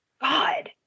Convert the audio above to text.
God